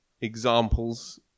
examples